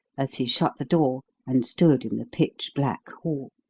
as he shut the door and stood in the pitch-black hall.